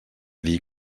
dir